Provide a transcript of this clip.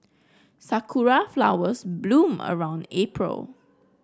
sakura flowers bloom around April